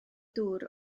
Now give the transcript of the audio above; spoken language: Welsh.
dŵr